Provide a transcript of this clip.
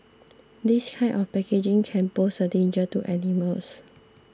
this kind of packaging can pose a danger to animals